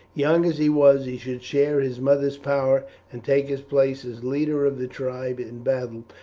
young as he was, he should share his mother's power and take his place as leader of the tribe in battle,